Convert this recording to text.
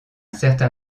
certain